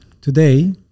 Today